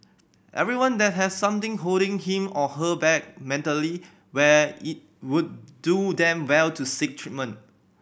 everyone that has something holding him or her back mentally where it would do them well to seek treatment